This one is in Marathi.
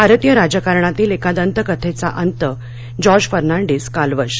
भारतीय राजकारणातील एका दंतकथेचा अंत जॉर्ज फर्नांडिस कालवश